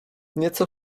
nieco